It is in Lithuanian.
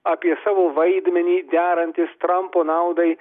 apie savo vaidmenį derantis trampo naudai